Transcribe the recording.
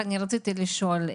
רציתי לשאול,